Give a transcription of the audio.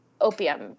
opium